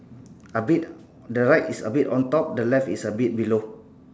a bit the right is a bit on top the left is a bit below